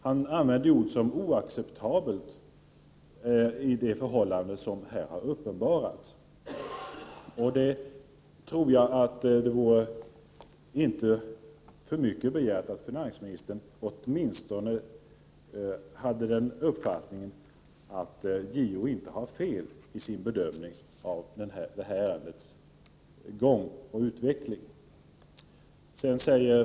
Han använder ord som ”oacceptabelt” om de förhållanden som här har uppenbarats. Det vore inte för mycket begärt om finansministern åtminstone uttalade uppfattningen att JO inte har fel i sin bedömning av det här ärendets gång och utveckling.